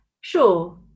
Sure